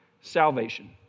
salvation